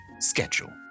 schedule